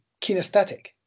kinesthetic